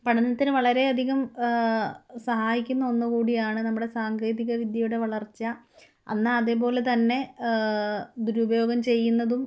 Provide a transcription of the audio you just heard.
പഠനത്തിനു വളരെയധികം സഹായിക്കുന്ന ഒന്നുകൂടിയാണു നമ്മുടെ സാങ്കേതികവിദ്യയുടെ വളർച്ച എന്നാല് അതേപോലെ തന്നെ ദുരുപയോഗം ചെയ്യുന്നതും